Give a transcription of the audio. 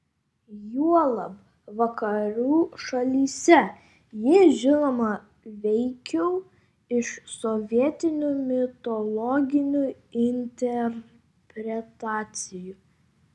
juolab vakarų šalyse ji žinoma veikiau iš sovietinių mitologinių interpretacijų